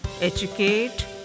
Educate